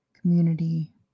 community